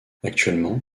actuellement